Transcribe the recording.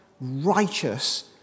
righteous